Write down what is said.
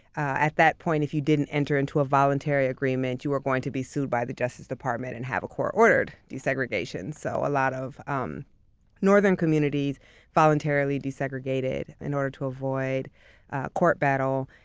at that point, if you didn't enter into a voluntary agreement, you were going to be sued by the justice department and have a court-ordered desegregation. so a lot of um northern communities voluntarily desegregated in order to avoid a court battle.